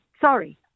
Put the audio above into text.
sorry